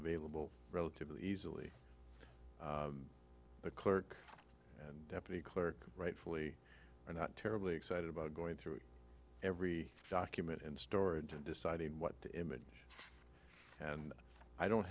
available relatively easily the clerk and deputy clerk rightfully are not terribly excited about going through every document in storage and deciding what to image and i don't